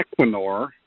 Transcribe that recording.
Equinor